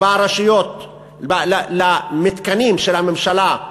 לרשויות למתקנים של הממשלה,